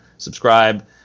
subscribe